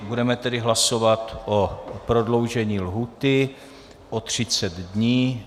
Budeme tedy hlasovat o prodloužení lhůty o třicet dní.